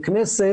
ככנסת,